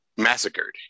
massacred